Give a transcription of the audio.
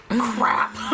Crap